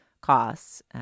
costs